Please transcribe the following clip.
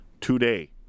today